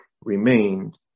remained